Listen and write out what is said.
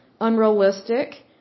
unrealistic